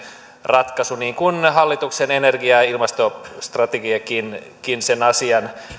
ratkaisu niin kuin hallituksen energia ja ja ilmastostrategiakin sen asian